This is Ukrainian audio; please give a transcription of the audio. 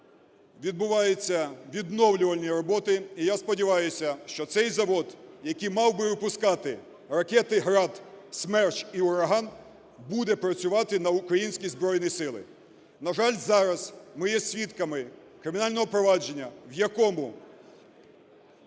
відбуваються відновлювальні роботи. І я сподіваюся, що цей завод, який мав би випускати ракети "Град", "Смерч" і "Ураган", буде працювати на українські Збройні Сили. На жаль, зараз ми є свідками кримінального провадження, в якому